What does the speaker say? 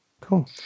Cool